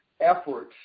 efforts